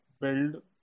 Build